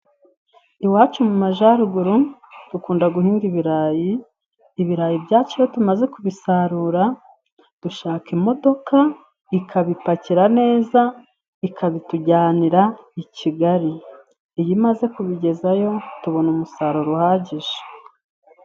Iwacu mu majyaruguru dukunda guhinga ibirayi. Ibirayi byacu iyo tumaze kubisarura dushaka imodoka ikabipakira neza, ikabitujyanira i Kigali iyo imaze kubigezayo tubona umusaruro uhagije.